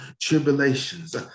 tribulations